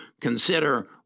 consider